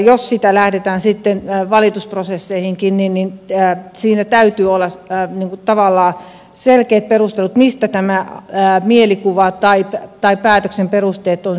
jos lähdetään sitten valitusprosesseihinkin siinä täytyy olla tavallaan selkeät perustelut mistä tämä mielikuva tai päätöksen perusteet ovat syntyneet